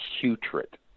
putrid